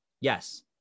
yes